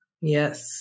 Yes